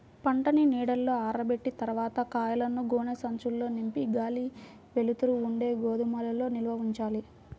పంటని నీడలో ఆరబెట్టిన తర్వాత కాయలను గోనె సంచుల్లో నింపి గాలి, వెలుతురు ఉండే గోదాముల్లో నిల్వ ఉంచాలి